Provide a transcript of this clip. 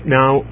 now